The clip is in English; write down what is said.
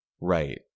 right